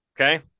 Okay